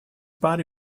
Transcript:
body